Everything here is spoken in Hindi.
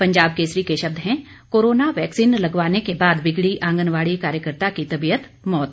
पंजाब केसरी के शब्द हैं कोरोना वैक्सीन लगवाने के बाद बिगड़ी आंगनबाड़ी कार्यकर्ता की तबीयत मौत